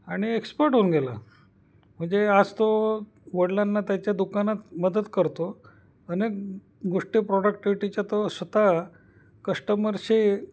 आणि एक्सपर्ट होऊन गेला म्हणजे आज तो वडलांना त्याच्या दुकानात मदत करतो अनेक गोष्टी प्रोडक्टिव्हीटीच्या तो स्वत कस्टमरशी